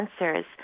answers